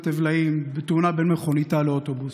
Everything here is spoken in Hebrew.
אבליים בתאונה בין מכוניתה לאוטובוס.